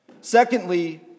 Secondly